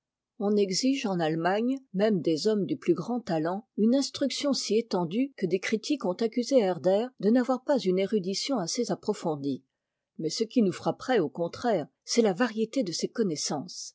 on exige en allemagne même des hommes du plus grand talent une instruction si étendue que des critiques ont accusé herder de n'avoir pas une érudition assez approfondie mais ce qui nous frapperait au contraire c'est la variété de ses connaissances